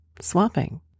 Swapping